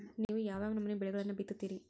ನೇವು ಯಾವ್ ಯಾವ್ ನಮೂನಿ ಬೆಳಿಗೊಳನ್ನ ಬಿತ್ತತಿರಿ?